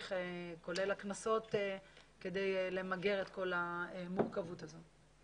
כולל קנסות כדי למגר את כל המורכבות הזו.